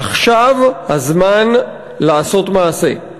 עכשיו הזמן לעשות מעשה,